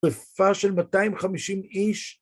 שריפה של 250 איש